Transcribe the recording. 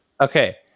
Okay